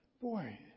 boy